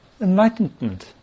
Enlightenment